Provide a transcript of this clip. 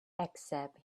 except